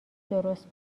درست